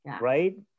Right